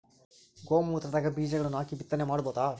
ಗೋ ಮೂತ್ರದಾಗ ಬೀಜಗಳನ್ನು ಹಾಕಿ ಬಿತ್ತನೆ ಮಾಡಬೋದ?